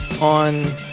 on